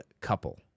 COUPLE